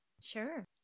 Sure